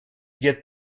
get